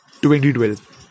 2012